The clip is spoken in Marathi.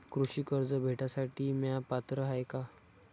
कृषी कर्ज भेटासाठी म्या पात्र हाय का?